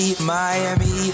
Miami